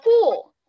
cool